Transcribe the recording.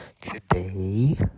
today